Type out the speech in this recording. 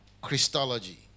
Christology